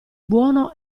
buono